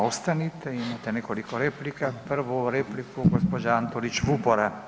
Ostanite, imate nekoliko replika, prvu repliku gđa. Antolić Vupora.